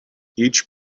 each